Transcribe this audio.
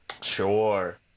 sure